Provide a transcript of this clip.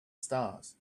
stars